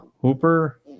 Hooper